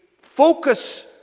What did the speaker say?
focus